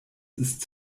ist